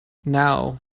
now